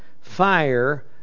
fire